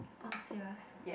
oh serious